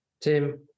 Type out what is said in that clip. Tim